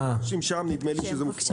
שם נדמה לי שזה,